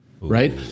right